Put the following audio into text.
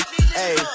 hey